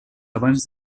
abans